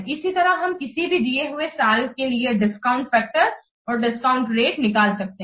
इसी तरह हम किसी भी दिए हुए साल के लिए डिस्काउंट फैक्टर और डिस्काउंट रेटनिकाल सकते हैं